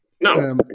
No